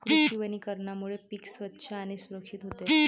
कृषी वनीकरणामुळे पीक स्वच्छ आणि सुरक्षित होते